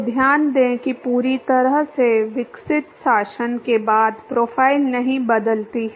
तो ध्यान दें कि पूरी तरह से विकसित शासन के बाद प्रोफ़ाइल नहीं बदलती है